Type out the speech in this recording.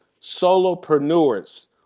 solopreneurs